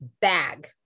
bag